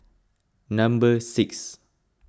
number six